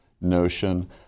notion